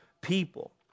people